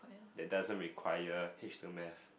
that doesn't require H two math